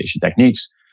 techniques